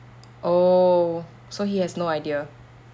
oh so he has no idea